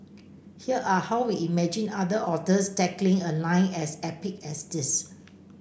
here are how we imagined other authors tackling a line as epic as this